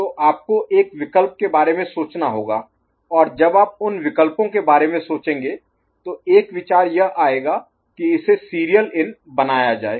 तो आपको एक विकल्प के बारे में सोचना होगा और जब आप उन विकल्पों के बारे में सोचेंगे तो एक विचार यह आएगा कि इसे सीरियल इन बनाया जाए